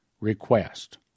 request